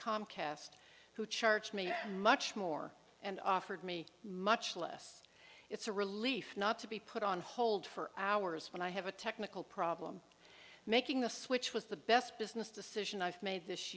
comcast who charge me much more and offered me much less it's a relief not to be put on hold for hours when i have a technical problem making the switch was the best business decision i've made this